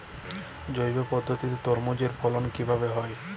জৈব পদ্ধতিতে তরমুজের ফলন কিভাবে হয়?